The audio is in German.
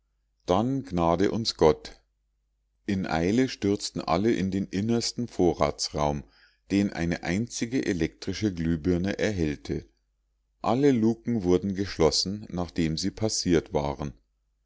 dann gnade uns gott in eile stürzten alle in den innersten vorratsraum den eine einzige elektrische glühbirne erhellte alle lucken wurden geschlossen nachdem sie passiert waren